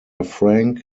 frank